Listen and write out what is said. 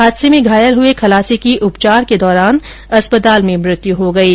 हादसे में घायल हुए खलासी की उपचार के दौरान अस्पताल में मृत्यु हो गयी